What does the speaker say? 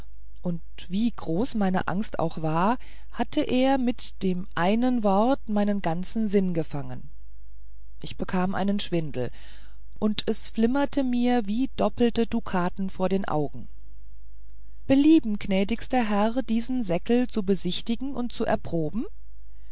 und wie groß meine angst auch war hatte er mit dem einen wort meinen ganzen sinn gefangen ich bekam einen schwindel und es flimmerte mir wie doppelte dukaten vor den augen belieben gnädigst der herr diesen säckel zu besichtigen und zu erproben